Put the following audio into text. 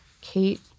Kate